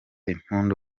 imbunda